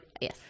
yes